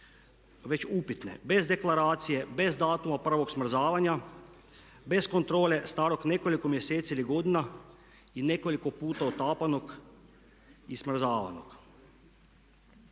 već upitne bez deklaracije, bez datuma prvog smrzavanja, bez kontrole starog nekoliko mjeseci ili godina i nekoliko puta otapanog i smrzavanog